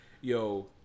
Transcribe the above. Yo